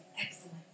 excellent